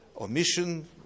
Omission